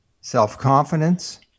self-confidence